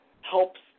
helps